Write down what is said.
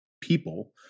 people